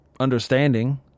understanding